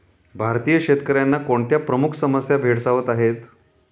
भारतीय शेतकऱ्यांना कोणत्या प्रमुख समस्या भेडसावत आहेत?